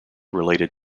related